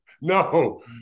no